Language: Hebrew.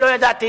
לא ידעתי